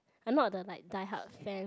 I am not the like die hard fan